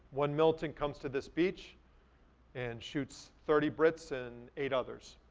one militant comes to this beach and shoots thirty brits and eight others,